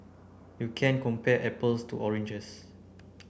you can't compare apples to oranges